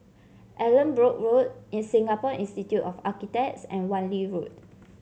Allanbrooke Road in Singapore Institute of Architects and Wan Lee Road